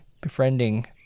Befriending